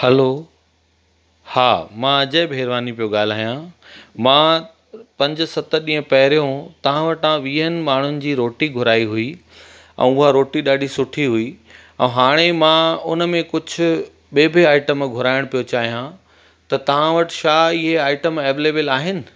हलो हा मां अजय भेरवानी पियो ॻाल्हायां मां पंज सत ॾींहं पहिरियों तव्हां वटां वीहनि माण्हुनि जी रोटी घुराई हुई ऐं उहा रोटी ॾाढी सुठी हुई ऐं हाणे मां उनमें कुझु ॿिए बि आइटम घुराइणु पियो चाहियां त तव्हां वटि छा इहे आइटम एवेलेबल आहिनि